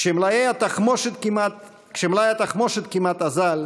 כשמלאי התחמושת כמעט אזל,